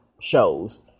shows